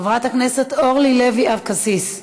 חברת הכנסת אורלי לוי אבקסיס,